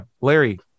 Larry